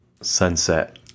Sunset